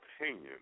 opinion